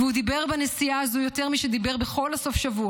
והוא דיבר בנסיעה הזו יותר משדיבר בכל הסופ"ש.